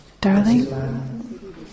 Darling